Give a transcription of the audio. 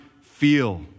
feel